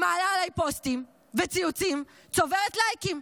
היא מעלה עליי פוסטים וציוצים, צוברת לייקים,